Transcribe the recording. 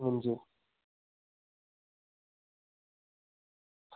अंजी